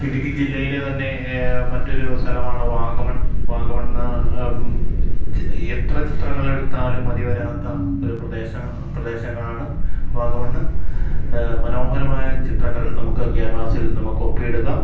ഇടുക്കി ജില്ലയിലെ തന്നെ മറ്റൊരു സ്ഥലമാണ് വാഗമൺ വാഗമണ്ണ് എത്ര ചിത്രങ്ങളെടുത്താലും മതി വരാത്ത ഒരു പ്രദേശ പ്രദേശങ്ങളാണ് വാഗമണ്ണ് മനോഹരമായ ചിത്രങ്ങൾ നമുക്ക് ക്യാൻവാസിൽ നമുക്കൊപ്പിയെടുക്കാം